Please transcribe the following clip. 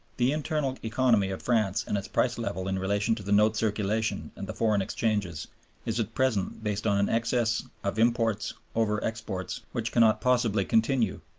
the internal economy of france and its price level in relation to the note circulation and the foreign exchanges is at present based on an excess of imports over exports which cannot possibly continue.